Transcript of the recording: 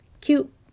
cute